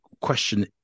question